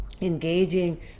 engaging